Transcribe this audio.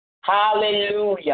Hallelujah